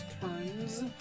turns